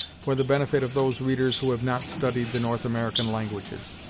for the benefit of those readers who have not studied the north american languages.